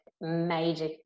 major